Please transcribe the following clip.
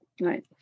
Right